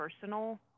personal